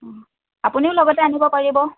অঁ আপুনিও লগতে আনিব পাৰিব